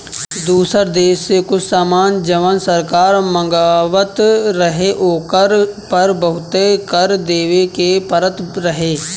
दुसर देश से कुछ सामान जवन सरकार मँगवात रहे ओकरा पर बहुते कर देबे के परत रहे